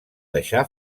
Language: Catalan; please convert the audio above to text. deixà